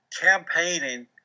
campaigning